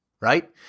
right